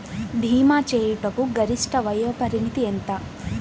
భీమా చేయుటకు గరిష్ట వయోపరిమితి ఎంత?